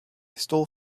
stole